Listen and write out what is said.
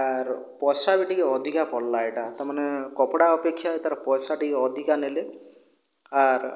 ଆର୍ ପଇସା ବି ଟିକିଏ ଅଧିକ ପଡ଼ିଲା ଏଇଟା ତ ମାନେ କପଡ଼ା ଅପେକ୍ଷା ଏଇଟାର ପଇସା ଟିକିଏ ଅଧିକ ନେଲେ ଆଉ